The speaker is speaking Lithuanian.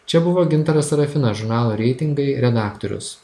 čia buvo gintaras sarafinas žurnalo reitingai redaktorius